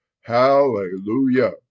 hallelujah